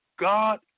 God